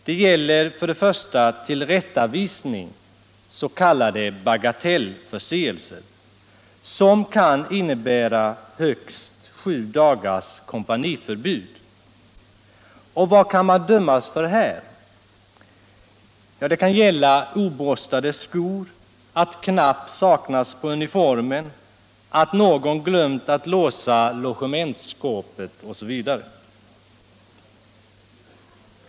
Den första är tillrättavisning vid s.k. bagatellförseelser, något som kan innebära högst sju dagars kompaniförbud. Och vad kan man här dömas för? Ja, det kan gälla sådant som att den värnpliktige har oborstade skor, att knapp saknas på uniformen, att man glömt att låsa logementsskåpet osv.